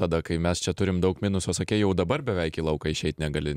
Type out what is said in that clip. tada kai mes čia turim daug minuso sakei jau dabar beveik į lauką išeit negali